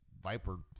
viper